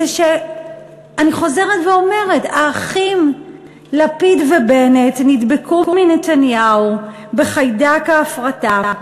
אני חוזרת אומרת: האחים לפיד ובנט נדבקו מנתניהו בחיידק ההפרטה.